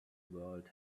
world